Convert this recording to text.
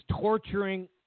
torturing